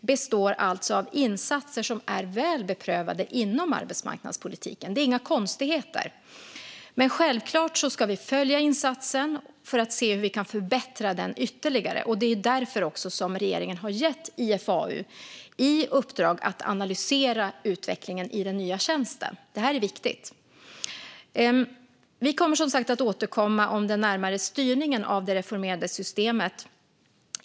består alltså av insatser som är väl beprövade inom arbetsmarknadspolitiken. Det är inga konstigheter. Men självklart ska vi följa insatsen för att se hur vi kan förbättra den ytterligare, och det är därför som regeringen har gett IFAU i uppdrag att analysera utvecklingen i den nya tjänsten. Det här är viktigt. Vi kommer som sagt att återkomma om den närmare styrningen av det reformerade systemet.